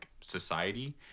society